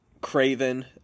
Craven